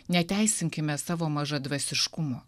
neteisinkime savo mažadvasiškumo